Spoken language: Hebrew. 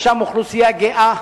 יש שם אוכלוסייה גאה,